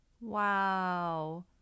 Wow